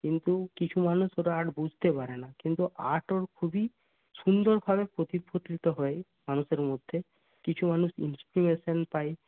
কিন্তু কিছু মানুষ ওর আর্ট বুঝতে পারে না কিন্তু আর্ট ওর খুবই সুন্দরভাবে হয় মানুষের মধ্যে কিছু মানুষ ইন্সপিরেশান পায়